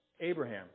Abraham